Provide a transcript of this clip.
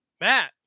Matt